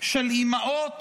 של אימהות